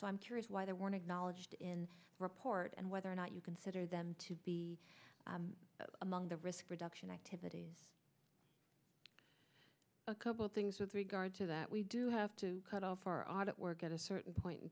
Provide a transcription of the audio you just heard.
so i'm curious why there weren't knowledge in report and whether or not you consider them to be among the risk reduction activities a couple of things with regard to that we do have to cut off our audit work at a certain point in